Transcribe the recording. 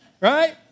Right